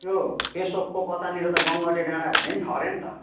त्यो पेसोकको कतानिर त गङ्गटे डाँडा भन्ने नि छ अरे नि त